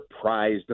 prized